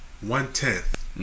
one-tenth